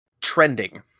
Trending